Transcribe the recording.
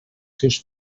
seus